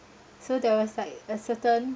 so there was like a certain